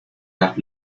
las